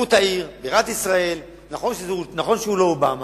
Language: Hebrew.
חשיבות העיר, בירת ישראל, נכון שהוא לא אובמה,